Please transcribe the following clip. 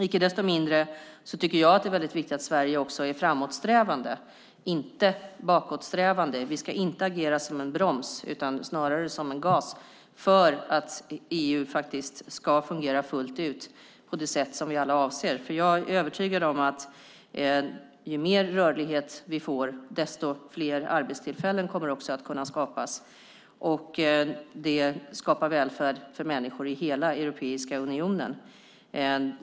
Jag tycker att det är viktigt att Sverige är framåtsträvande, inte bakåtsträvande. Vi ska inte agera som en broms, snarare som en gas för att EU ska fungera fullt ut på det sätt som vi alla avser. Jag är övertygad om att ju mer rörlighet vi får desto fler arbetstillfällen kommer att kunna skapas. Det skapar välfärd för människor i hela Europeiska unionen.